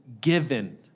given